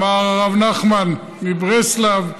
אמר הרב נחמן מברסלב.